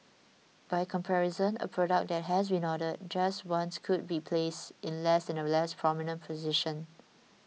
by comparison a product that has been ordered just once would be placed in a less prominent position